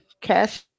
cash